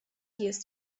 jest